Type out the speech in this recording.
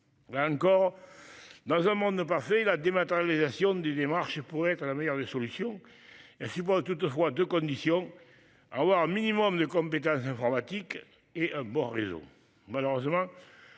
On encore. Dans un monde n'pas fait la dématérialisation des démarches pour être la meilleure des solutions il six mois toutefois de conditions à avoir un minimum de compétences informatiques et un beau réseau malheureusement.